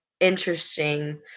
interesting